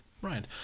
Right